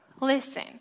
listen